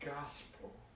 gospel